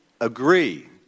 agree